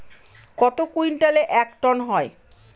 কত কুইন্টালে এক টন হয়?